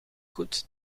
goed